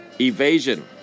Evasion